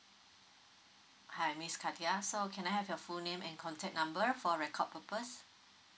hi miss katia so can I have your full name and contact number for record purpose